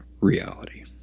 reality